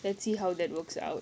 let's see how that works out